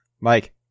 Mike